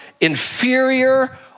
inferior